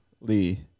Lee